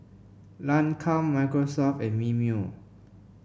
Lancome Microsoft and Mimeo